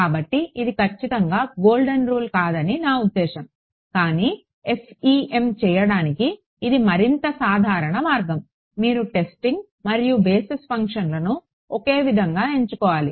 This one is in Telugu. కాబట్టి ఇది ఖచ్చితంగా గోల్డెన్ రూల్ కాదని నా ఉద్దేశ్యం కానీ FEM చేయడానికి ఇది మరింత సాధారణ మార్గం మీరు టెస్టింగ్ మరియు బేసిస్ ఫంక్షన్లను ఒకే విధంగా ఎంచుకోవాలి